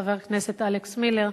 חבר הכנסת אלכס מילר,